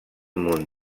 munt